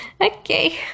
okay